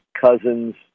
cousins